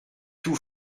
tout